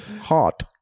Hot